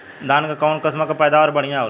धान क कऊन कसमक पैदावार बढ़िया होले?